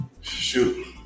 Shoot